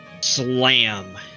slam